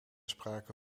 sprake